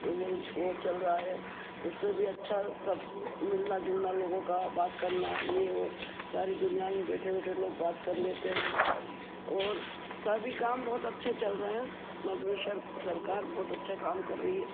वो वो चल रहा है उससे भी अच्छा सब मिलन जुलाना लोगों का बात करना ये वो सारी दुनिया में बैठे बैठे लोग बात कर लेते हैं और सभी काम बहुत अच्छे चल रहे हैं मध्य प्रदेश सर सरकार बहुत अच्छा काम कर रही है